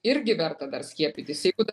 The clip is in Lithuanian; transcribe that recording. irgi verta dar skiepytis jeigu dar